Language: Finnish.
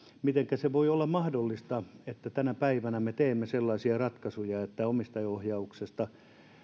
mitenkä se voi olla mahdollista että tänä päivänä me teemme sellaisia ratkaisuja että omistajaohjauksesta